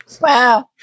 Wow